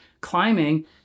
climbing